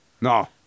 No